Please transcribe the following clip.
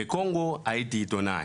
בקונגו הייתי עיתונאי.